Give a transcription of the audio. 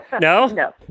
No